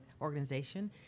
organization